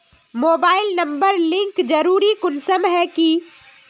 Mobile number link जरुरी कुंसम है की?